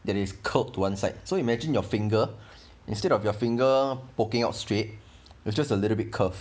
that is curled to one side so imagine your finger instead of your finger poking out straight it's just a little bit curve